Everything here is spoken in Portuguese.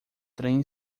trem